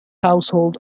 household